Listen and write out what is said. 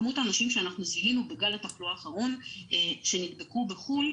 כמות האנשים שזיהינו בגל התחלואה האחרון שנדבקו בחו"ל,